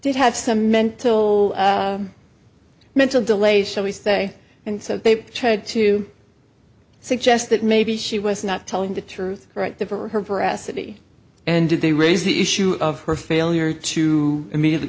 did have some mental mental delays shall we say and so they tried to suggests that maybe she was not telling the truth right there for her veracity and did they raise the issue of her failure to immediately